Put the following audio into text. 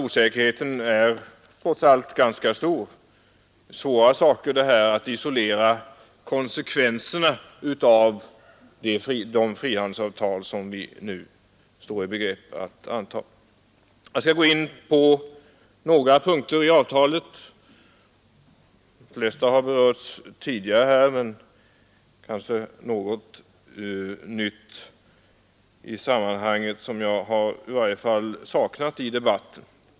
Det är svårt också att förutse konsekvenserna av det frihandelsavtal som vi nu står i begrepp att anta. Jag skall ta upp några punkter i avtalet. De flesta har berörts tidigare, men en del av dem har jag saknat i debatten.